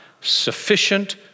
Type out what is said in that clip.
sufficient